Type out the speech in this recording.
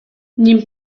nim